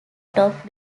top